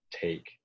take